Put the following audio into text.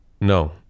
No